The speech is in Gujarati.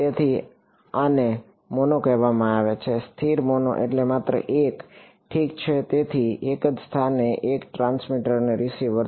તેથી આને મોનો કહેવામાં આવે છે સ્થિર મોનો એટલે માત્ર એક ઠીક છે તેથી એક જ સ્થાને એક ટ્રાન્સમીટર અને રીસીવર